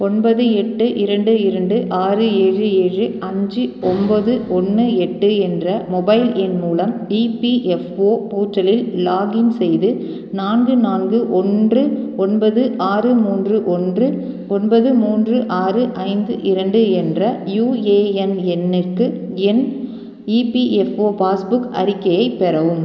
ஒன்பது எட்டு இரண்டு இரண்டு ஆறு ஏழு ஏழு அஞ்சு ஒம்போது ஒன்று எட்டு என்ற மொபைல் எண் மூலம் இபிஎஃப்ஓ போர்ட்டலில் லாகின் செய்து நான்கு நான்கு ஒன்று ஒன்பது ஆறு மூன்று ஒன்று ஒன்பது மூன்று ஆறு ஐந்து இரண்டு என்ற யூஏஎன் எண்ணிற்கு என் இபிஎஃப்ஓ பாஸ்புக் அறிக்கையை பெறவும்